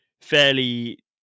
fairly